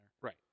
Right